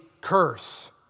curse